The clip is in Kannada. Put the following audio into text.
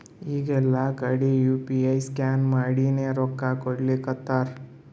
ಈಗ ಎಲ್ಲಾ ಕಡಿ ಯು ಪಿ ಐ ಸ್ಕ್ಯಾನ್ ಮಾಡಿನೇ ರೊಕ್ಕಾ ಕೊಡ್ಲಾತಾರ್